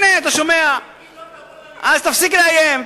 אתה כבר לא תהיה שר.